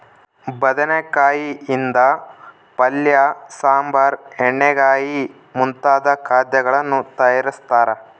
ಬದನೆಕಾಯಿ ಯಿಂದ ಪಲ್ಯ ಸಾಂಬಾರ್ ಎಣ್ಣೆಗಾಯಿ ಮುಂತಾದ ಖಾದ್ಯಗಳನ್ನು ತಯಾರಿಸ್ತಾರ